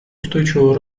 устойчивого